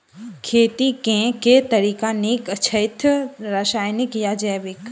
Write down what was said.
खेती केँ के तरीका नीक छथि, रासायनिक या जैविक?